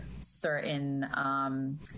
certain